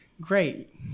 Great